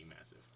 massive